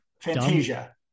Fantasia